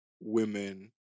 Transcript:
women